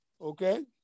okay